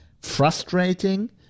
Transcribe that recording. frustrating